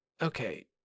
Okay